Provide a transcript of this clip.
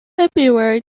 february